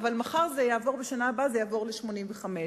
אבל בשנה הבאה זה יעלה ל-85 שקלים.